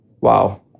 wow